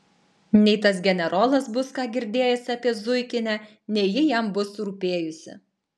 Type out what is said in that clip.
nei tas generolas bus ką girdėjęs apie zuikinę nei ji jam bus rūpėjusi